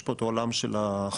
יש פה את העולם של החוק,